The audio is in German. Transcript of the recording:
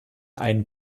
einen